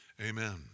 Amen